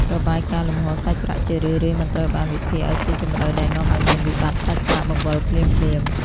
របាយការណ៍លំហូរសាច់ប្រាក់ជារឿយៗមិនត្រូវបានវិភាគឱ្យស៊ីជម្រៅ ដែលនាំឱ្យមានវិបត្តិសាច់ប្រាក់បង្វិលភ្លាមៗ។